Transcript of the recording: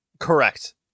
Correct